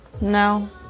no